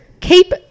keep